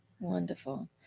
Wonderful